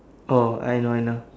oh I know I know